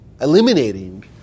eliminating